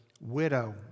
widow